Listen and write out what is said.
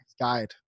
guide